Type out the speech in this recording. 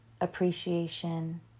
appreciation